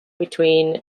between